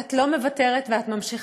ואת לא מוותרת ואת ממשיכה,